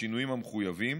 בשינויים המחויבים,